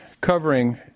covering